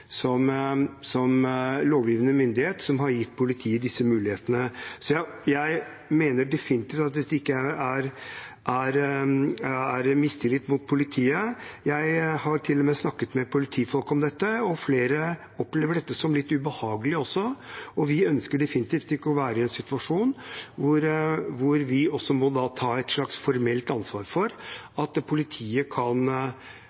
har gitt politiet disse mulighetene. Så jeg mener definitivt at dette ikke er mistillit mot politiet. Jeg har til og med snakket med politifolk om dette, og flere opplever dette som litt ubehagelig også. Og vi ønsker definitivt ikke å være i en situasjon hvor vi også må ta et slags formelt ansvar for